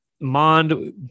Mond